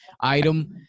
item